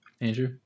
Andrew